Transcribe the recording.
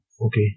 Okay